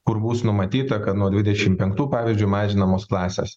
kur bus numatyta kad nuo dvidešimt penktų pavyzdžiui mažinamos klasės